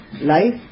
Life